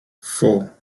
four